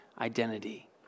identity